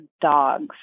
dogs